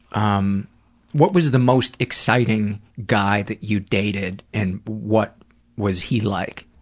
um what was the most exciting guy that you dated and what was he like?